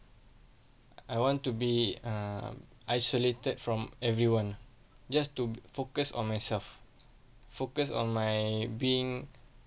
I want to be uh isolated from everyone just to focus on myself focus on my being